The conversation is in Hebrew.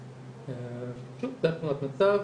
זו תמונת המצב,